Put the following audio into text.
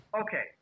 Okay